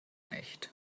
nicht